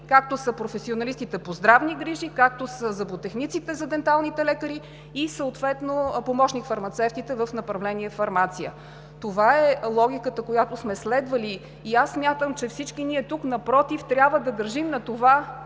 както са професионалистите по „Здравни грижи“, както са зъботехниците за денталните лекари и съответно помощник-фармацевтите в направление „Фармация“. Това е логиката, която сме следвали. Смятам, че всички ние тук, напротив, трябва да държим на това